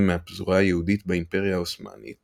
מהפזורה היהודית באימפריה העות'מאנית